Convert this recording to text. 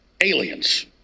aliens